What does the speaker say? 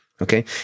Okay